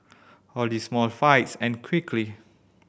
all these small fights end quickly